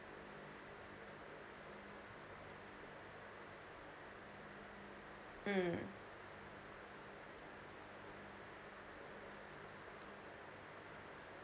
mm